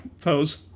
pose